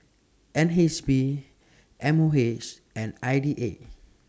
N H B M O H and I D A